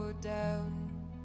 down